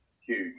huge